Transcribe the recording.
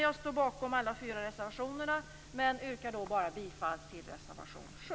Jag står bakom alla fyra reservationerna men yrkar bifall bara till reservation 7.